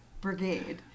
Brigade